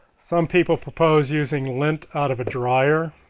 some people propose using lint out of a dryer